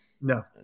No